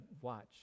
watch